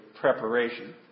preparation